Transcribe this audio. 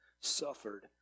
suffered